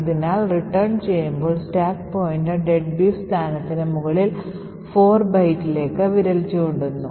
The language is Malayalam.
അതിനാൽ റിട്ടേൺ ചെയ്യുമ്പോൾ സ്റ്റാക്ക് പോയിന്റർ "deadbeef" സ്ഥാനത്തിന് മുകളിൽ 4 ബൈറ്റുകളിലേക്ക് വിരൽ ചൂണ്ടുന്നു